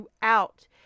throughout